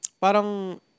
parang